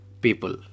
people